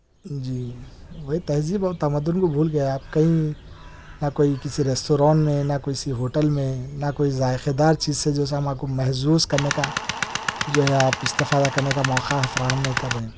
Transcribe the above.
جی بھائی تہذیب اور تمدن کو بھول گئے آپ کہیں نہ کوئی کسی ریستوران میں نہ کسی ہوٹل میں نہ کوئی ذائقے دار چیز سے جو سو ہمارے کو محفوظ کرنے کا جو ہے آپ استفادہ کرنے کا موخع فراہم نہیں کر رہے ہیں